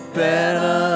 better